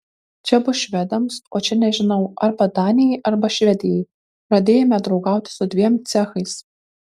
čia bus švedams o čia nežinau arba danijai arba švedijai pradėjome draugauti su dviem cechais